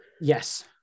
yes